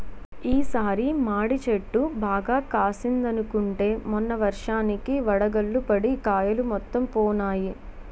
ఈ సారి మాడి చెట్టు బాగా కాసిందనుకుంటే మొన్న వర్షానికి వడగళ్ళు పడి కాయలు మొత్తం పోనాయి